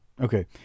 Okay